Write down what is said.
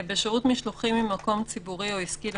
רשום שם שצריך להתחשב בהשלכת סגירת מקום העבודה לא רק על